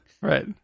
Right